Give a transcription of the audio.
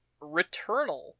Returnal